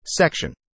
Section